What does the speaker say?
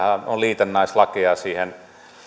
ovat liitännäislakeja siihen